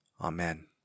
Amen